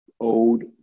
old